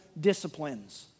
disciplines